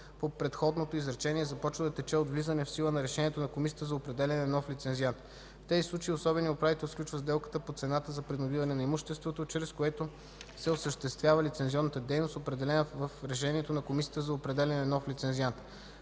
по предходното изречение започва да тече от влизане в сила на решението на комисията за определяне на нов лицензиант. В тези случаи особеният управител сключва сделката по цената за придобиване на имуществото, чрез което се осъществява лицензионната дейност, определена в решението на комисията за определяне на нов лицензиант.”